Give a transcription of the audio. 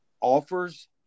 offers